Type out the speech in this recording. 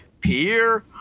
Pierre